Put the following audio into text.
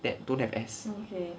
that don't have as